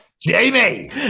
Jamie